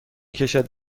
کشد